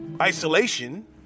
Isolation